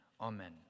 Amen